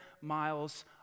miles